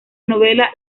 novela